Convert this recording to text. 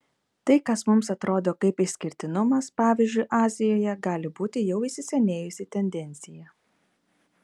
tai kas mums atrodo kaip išskirtinumas pavyzdžiui azijoje gali būti jau įsisenėjusi tendencija